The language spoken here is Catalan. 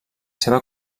seva